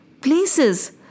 places